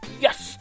Yes